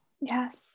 Yes